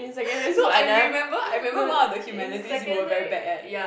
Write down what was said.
no I remember I remember one of the humanities you were very bad at